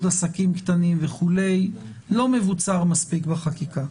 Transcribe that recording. עסקים קטנים אינו מבוצר מספיק בחקיקה.